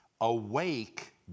awake